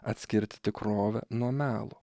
atskirti tikrovę nuo melo